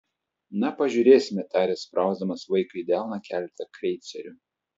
na pažiūrėsime tarė sprausdamas vaikiui į delną keletą kreicerių